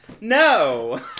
No